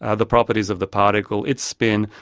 ah the properties of the particle, its spin,